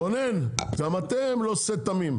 רונן, גם אתם לא שה תמים.